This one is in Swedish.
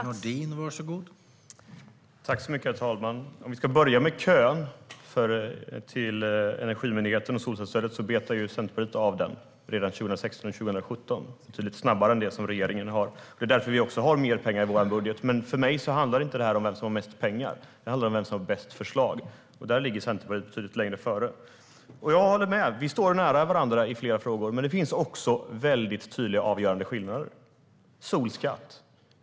Herr talman! Om vi börjar med kön till Energimyndigheten om solcellsstödet betar Centerpartiet av den redan 2016 och 2017, betydligt snabbare än regeringen. Det är också därför vi har mer pengar i vår budget. Men för mig handlar inte detta om vem som har mest pengar; det handlar om vem som har bäst förslag. Där ligger Centerpartiet betydligt längre fram. Jag håller med - vi står nära varandra i flera frågor. Men det finns också tydliga avgörande skillnader. Det gäller bland annat solskatt.